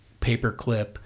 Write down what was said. paperclip